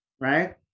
right